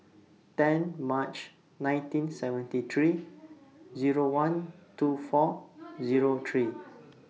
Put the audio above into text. ten March nineteen seventy three Zero one two four Zero three